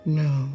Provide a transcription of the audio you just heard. no